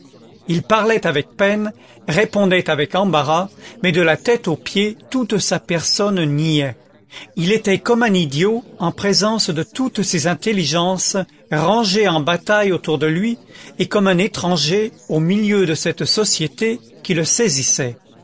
il parlait avec peine répondait avec embarras mais de la tête aux pieds toute sa personne niait il était comme un idiot en présence de toutes ces intelligences rangées en bataille autour de lui et comme un étranger au milieu de cette société qui le saisissait